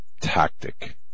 tactic